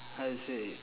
how to say